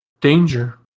danger